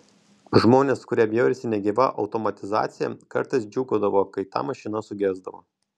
žmonės kurie bjaurisi negyva automatizacija kartais džiūgaudavo kai ta mašina sugesdavo